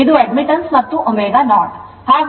ಇದು admittance ಮತ್ತು ಇದು ω0